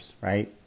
right